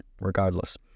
regardless